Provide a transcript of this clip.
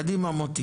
קדימה מוטי.